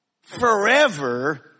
forever